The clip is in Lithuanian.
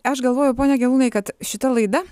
aš galvoju pone gelūnai kad šita laida